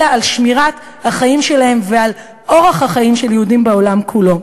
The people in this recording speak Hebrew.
אלא על שמירת החיים שלהם ועל אורח החיים של יהודים בעולם כולו.